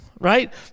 Right